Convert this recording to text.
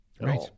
right